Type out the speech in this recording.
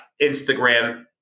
Instagram